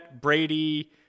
Brady